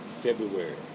February